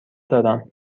دارم